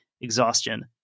exhaustion